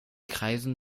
kreisen